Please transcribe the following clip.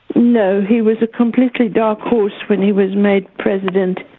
no. he was a completely dark horse when he was made president